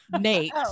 Nate